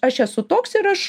aš esu toks ir aš